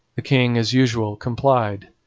the king, as usual, complied,